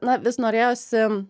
na vis norėjosi